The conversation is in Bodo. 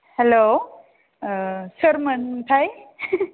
हेल' सोरमोनथाय